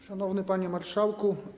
Szanowny Panie Marszałku!